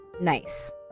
Nice